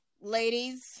ladies